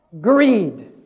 greed